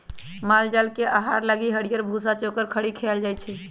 माल जाल के आहार लागी हरियरी, भूसा, चोकर, खरी खियाएल जाई छै